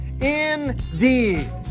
Indeed